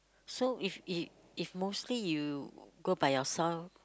so if if if mostly you go by yourself